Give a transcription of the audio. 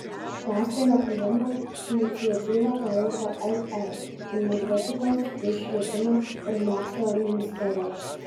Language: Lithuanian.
klasterio kūrimo iniciatyvą palaiko lr energetikos bei švietimo ir mokslo ministerijos